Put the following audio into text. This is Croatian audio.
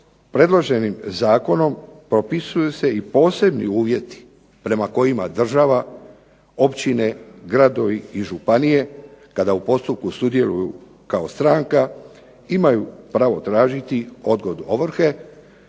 predloženim zakonom propisuju se i posebni uvjeti prema kojima država, općine, gradovi i županije kada u postupku sudjeluju kao stranka imaju pravo tražiti odgodu ovrhe